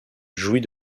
jouit